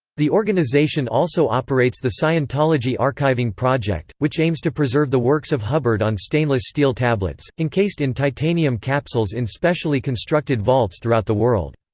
the organization also operates the scientology archiving project, which aims to preserve the works of hubbard on stainless steel tablets, encased in titanium capsules in specially constructed vaults throughout the world.